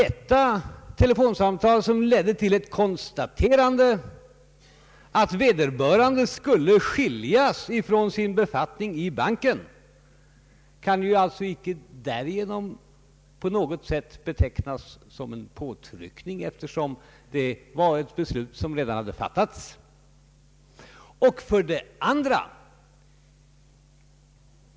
Detta telefonsamtal, som ledde till ett konstaterande att vederbörande skulle skiljas från sin befattning i banken, kan icke på något sätt betecknas som en påtryckning, eftersom beslutet redan hade fattats. Därför vill jag säga följande.